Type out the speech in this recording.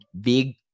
big